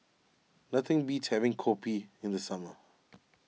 nothing beats having Kopi in the summer